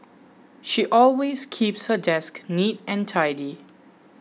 she always keeps her desk neat and tidy